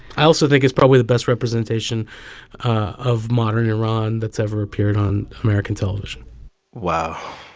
i also think it's probably the best representation of modern iran that's ever appeared on american television wow.